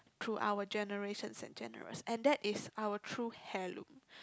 through our generations and generous and that is our true heirloom